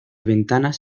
ventanas